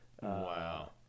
Wow